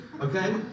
Okay